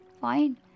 Fine